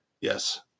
yes